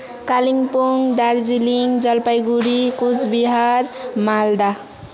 Kalimpong Darjeeling Jalpaiguri Cooch Behar Malda